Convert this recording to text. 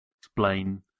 explain